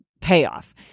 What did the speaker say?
payoff